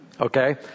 Okay